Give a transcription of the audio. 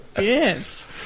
yes